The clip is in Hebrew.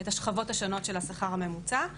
את השכבות השונות של השכר הממוצע,